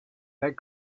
that